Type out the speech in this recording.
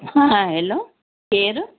हा हैलो केरु